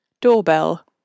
Doorbell